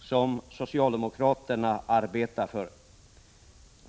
som socialdemokraterna här arbetar för innebär en form av centralstyrning.